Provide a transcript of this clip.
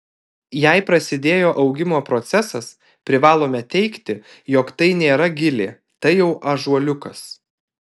jei prasidėjo augimo procesas privalome teigti jog tai nėra gilė tai jau ąžuoliukas